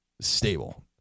stable